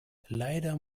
leider